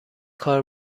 کار